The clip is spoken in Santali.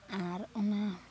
ᱟᱨ ᱚᱱᱟ